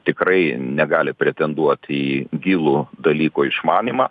tikrai negali pretenduoti į gilų dalyko išmanymą